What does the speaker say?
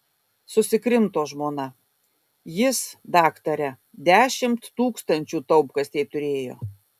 susikrimto žmona jis daktare dešimt tūkstančių taupkasėj turėjo